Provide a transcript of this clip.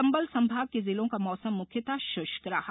चंबल सम्भाग के जिलों का मौसम मुख्यतः षुष्क रहा